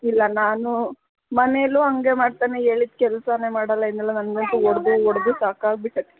ಇಲ್ಲ ನಾನು ಮನೆಯಲ್ಲೂ ಹಾಗೆ ಮಾಡ್ತಾನೆ ಹೇಳಿದ ಕೆಲಸಾನೇ ಮಾಡಲ್ಲ ಏನಿಲ್ಲ ನನಗಂತೂ ಹೊಡೆದು ಹೊಡೆದು ಸಾಕಾಗಿಬಿಟ್ಟೈತೆ